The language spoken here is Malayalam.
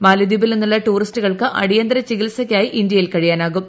മാലിദ്വീപിൽ നിന്നുള്ള ടൂറിസ്റ്റുകൾക്ക് അടിയന്തിര ചികിത്സക്കായി ഇന്ത്യയിൽ കഴിയാനാവും